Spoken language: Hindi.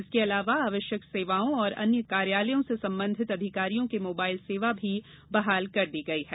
इसके अलावा आवश्यक सेवाओं और अन्य कार्यालयों से संबंधित अधिकारियों के मोबाइल सेवा भी बहाल कर दी गई है